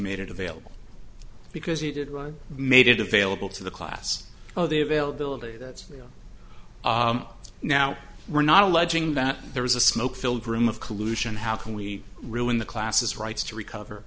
made it available because you did run made it available to the class of the availability that's now we're not alleging that there was a smoke filled room of collusion how can we ruin the classes rights to recover